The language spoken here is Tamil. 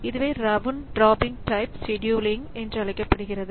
இதுவே ரவுண்ட் ராபின் டைப் செடியூலிங் என்று அழைக்கப்படுகிறது